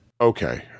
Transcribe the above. Okay